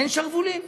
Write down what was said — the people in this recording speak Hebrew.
אין שרוולים.